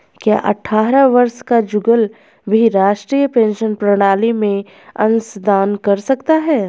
क्या अट्ठारह वर्ष का जुगल भी राष्ट्रीय पेंशन प्रणाली में अंशदान कर सकता है?